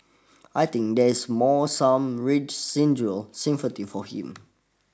I think there is more some residual sympathy for him